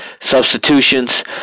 substitutions